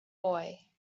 boy